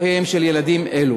למען חייהם של ילדים אלו.